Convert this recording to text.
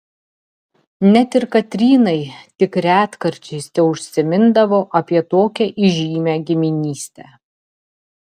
net ir katrynai tik retkarčiais teužsimindavo apie tokią įžymią giminystę